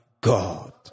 God